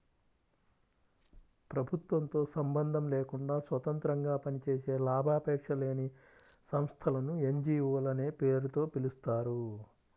ప్రభుత్వంతో సంబంధం లేకుండా స్వతంత్రంగా పనిచేసే లాభాపేక్ష లేని సంస్థలను ఎన్.జీ.వో లనే పేరుతో పిలుస్తారు